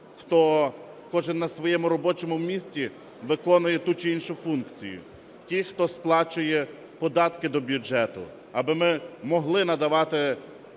хто кожен на своєму робочому місці виконує ту чи іншу функцію. Ті, хто сплачує податки до бюджету, аби ми могли надавати